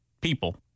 people